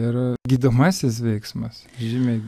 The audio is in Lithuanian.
ir gydomasis veiksmas žymiai